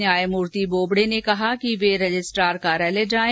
न्यायमूर्ति बोबडे ने कहा कि वह रजिस्ट्रार कार्यालय जाएं